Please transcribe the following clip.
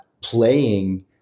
playing